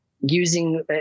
using